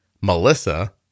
Melissa